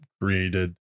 created